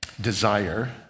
desire